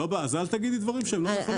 אז אל תגידי דברים שהם לא נכונים עובדתית.